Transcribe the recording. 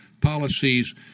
policies